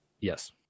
yes